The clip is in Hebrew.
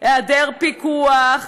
היעדר פיקוח,